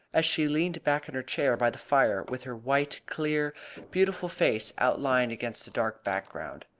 as she leaned back in her chair by the fire with her white, clear beautiful face outlined against the dark background.